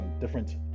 different